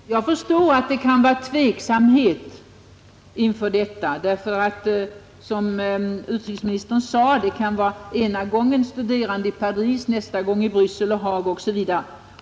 Herr talman! Jag förstår att det kan råda en viss tveksamhet, ty som utrikesministern sade kan det ena gången bli fråga om studerande i Paris, nästa gång i Bryssel eller Haag osv.